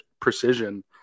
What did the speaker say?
precision